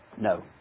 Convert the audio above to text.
no